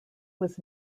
was